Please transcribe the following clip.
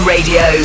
Radio